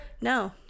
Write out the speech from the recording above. No